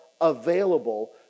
available